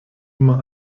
immer